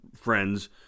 friends